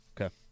Okay